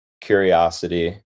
curiosity